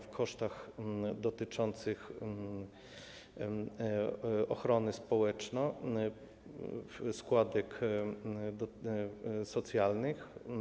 w kosztach dotyczących ochrony społecznej, składek socjalnych.